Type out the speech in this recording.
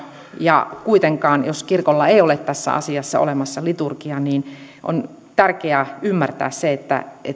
ja jos kirkolla kuitenkaan ei ole tässä asiassa olemassa liturgiaa niin on tärkeää ymmärtää se että